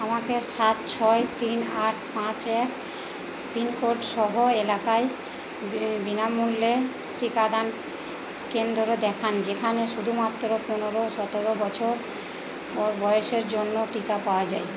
আমাকে সাত ছয় তিন আট পাঁচ এক পিন কোড সহ এলাকায় বিনামূল্যে টিকাদান কেন্দ্র দেখান যেখানে শুধুমাত্র পনেরো সতেরো বছর বয়সের জন্য টিকা পাওয়া যায়